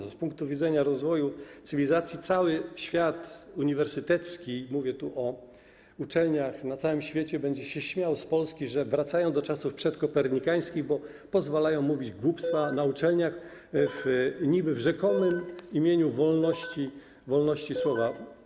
Z punktu widzenia rozwoju cywilizacji cały świat uniwersytecki - mówię tu o uczelniach na całym świecie - będzie się śmiał z Polski, że wracają do czasów przedkopernikańskich, bo pozwalają mówić głupstwa na uczelniach niby w rzekomym imieniu wolności słowa.